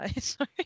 Sorry